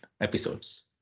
episodes